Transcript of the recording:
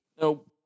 no